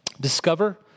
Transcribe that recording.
Discover